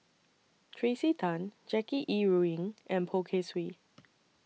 Tracey Tan Jackie Yi Ru Ying and Poh Kay Swee